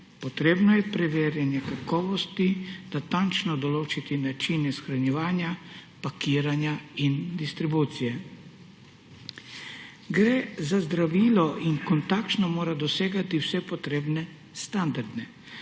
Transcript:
potrebno je preverjanje kakovosti, natančno določiti načine shranjevanja, pakiranja in distribucije. Gre za zdravilo in kot takšno mora dosegati vse potrebne standarde.